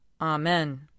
Amen